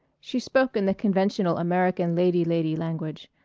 she spoke in the conventional american lady-lady language.